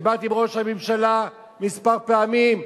דיברתי עם ראש הממשלה מספר פעמים,